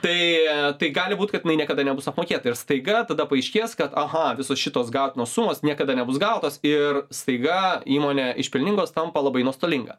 tai tai gali būti kad jinai niekada nebus apmokėta ir staiga tada paaiškės kad aha visos šitos gautinos sumos niekada nebus gautos ir staiga įmonė iš pelningos tampa labai nuostolinga